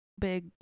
big